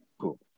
Cool